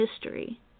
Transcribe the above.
history